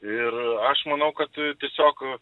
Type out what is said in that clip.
ir aš manau kad tiesiog